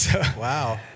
Wow